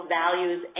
values